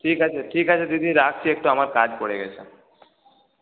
ঠিক আছে ঠিক আছে দিদি রাখছি একটু আমার কাজ পড়ে গেছে